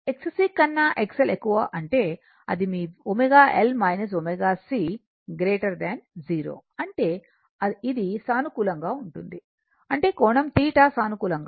Xc కన్నా XL ఎక్కువ అంటే అది మీ ω L ω C 0 అంటే ఇది సానుకూలంగా ఉంటుంది అంటే కోణం θ సానుకూలంగా ఉంటుంది